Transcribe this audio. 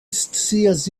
scias